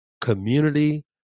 community